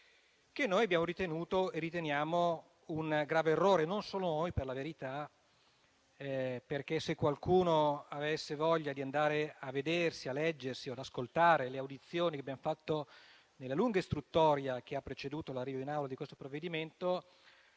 che noi abbiamo ritenuto e riteniamo un grave errore. Non solo noi, per la verità, perché, se qualcuno avesse voglia di leggere o ascoltare le audizioni che abbiamo fatto, nel corso della lunga istruttoria che ha preceduto l'arrivo in Aula di questo provvedimento,